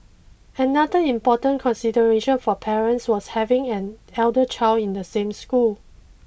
another important consideration for parents was having an elder child in the same school